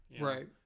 right